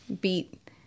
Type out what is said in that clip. beat